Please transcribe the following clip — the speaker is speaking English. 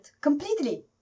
completely